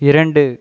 இரண்டு